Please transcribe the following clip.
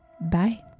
bye